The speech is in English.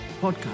Podcast